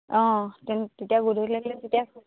অঁ তেতিয়া গধূলি লাগিলে তেতিয়া